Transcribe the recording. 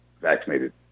vaccinated